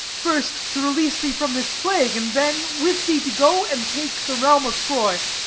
first to release thee from this plague, and then with thee to go and take the realm of troy.